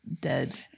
dead